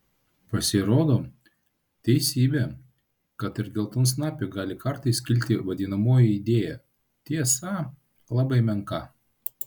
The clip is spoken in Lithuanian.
pasirodo teisybė kad ir geltonsnapiui gali kartais kilti vadinamoji idėja tiesa labai menka